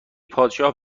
پادشاه